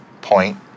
point